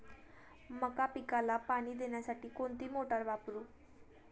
मका पिकाला पाणी देण्यासाठी कोणती मोटार वापरू?